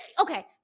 okay